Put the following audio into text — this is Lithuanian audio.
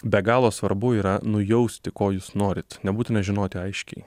be galo svarbu yra nujausti ko jūs norit nebūtina žinoti aiškiai